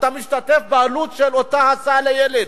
אתה משתתף בעלות של אותה הסעה לילד.